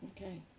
Okay